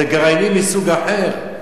זה גרעינים מסוג אחר.